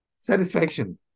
Satisfaction